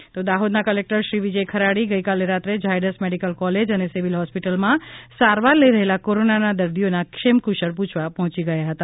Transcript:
Dahod collector દાહોદના collector Shri Vijay Kharadi ગઇકાલે રાત્રે ઝાયડ્સ મેડિકલ કોલેજ અને સિવિલ હોસ્પિટલમાં સારવાર લઇ રહેલા કોરોનાના દર્દીઓના ક્ષેમકુશળ પૂછવા પહોંચી ગયા હતા